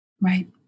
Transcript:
Right